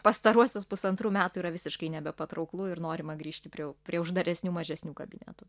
pastaruosius pusantrų metų yra visiškai nebepatrauklu ir norima grįžti prie prie uždaresnių mažesnių kabinetų